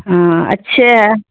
ہاں اچھے ہے